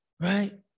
Right